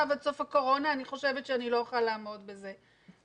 עד סוף הקורונה אני חושבת שלא אוכל לעמוד בזה.